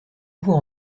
vous